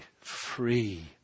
free